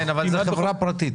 אבל כאן זו חברה פרטית.